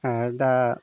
आङो दा